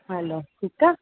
हलो ठीकु आहे